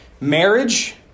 Marriage